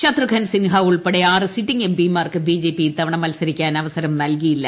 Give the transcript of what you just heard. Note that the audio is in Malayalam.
ശത്രുഘൻ സിൻഹ ഉൾപ്പെടെ ആറ് സിറ്റിംഗ് എം പി മാർക്ക് ബി ജെ പി ഇത്തവണ മത്സരിക്കാൻ അവസർട്ടു നൽകിയില്ല